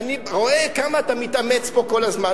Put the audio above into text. אני רואה כמה אתה מתאמץ פה כל הזמן,